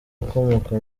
ukomoka